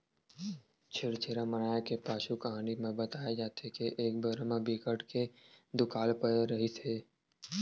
छेरछेरा मनाए के पाछू कहानी म बताए जाथे के एक बेरा म बिकट के दुकाल परे रिहिस हे